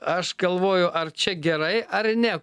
aš galvoju ar čia gerai ar ne